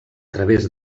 través